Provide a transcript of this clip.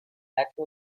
acto